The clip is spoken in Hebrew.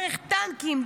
דרך טנקים,